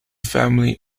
family